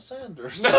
Sanders